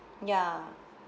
ya